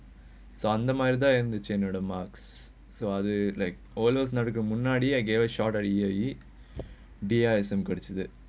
so அதே மாதிரி தான் இருந்துச்சி என்னோடே:anthae maathiri thaan irunthuchi ennoda and the general marks so other like நடக்குறது முன்னாடி:nadhakkurathu munnaadi I gave a short already there are some already considered